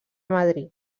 madrid